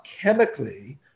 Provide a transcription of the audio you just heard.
chemically